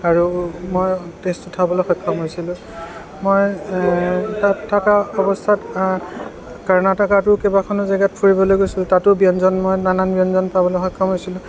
আৰু মই টেষ্ট উঠাবলৈ সক্ষম হৈছিলোঁ মই তাত থকা অৱস্থাত কৰ্ণাটকতো কেইবাখনো জেগাত ফুৰিবলৈ গৈছোঁ তাতো ব্য়ঞ্জন মই নানান ব্যঞ্জন পাবলৈ সক্ষম হৈছিলোঁ